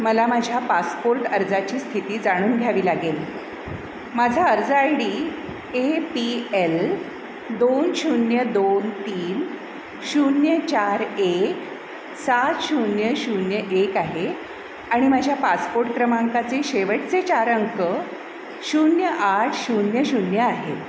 मला माझ्या पासपोर्ट अर्जाची स्थिती जाणून घ्यावी लागेल माझा अर्ज I D A P L दोन शून्य दोन तीन शून्य चार एक सात शून्य शून्य एक आहे आणि माझ्या पासपोर्ट क्रमांकाचे शेवटचे चार अंक शून्य आठ शून्य शून्य आहे